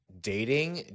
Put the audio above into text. dating